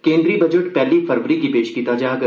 केन्द्री बजट पैहली फरवरी गी पेश कीता जाग